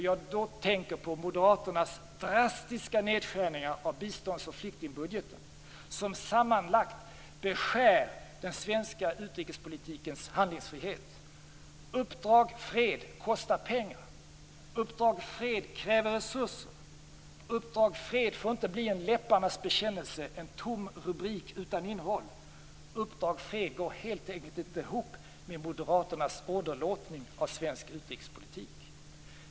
Jag tänker då på Moderaternas drastiska nedskärningar av biståndsoch flyktingbudgeten som sammanlagt beskär den svenska utrikespolitikens handlingsfrihet. Uppdrag fred kostar pengar. Uppdrag fred kräver resurser. Uppdrag fred får inte bli en läpparnas bekännelse, en tom rubrik utan innehåll. Uppdrag fred går helt enkelt inte ihop med Moderaternas åderlåtning av svensk utrikespolitik.